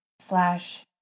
slash